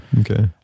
okay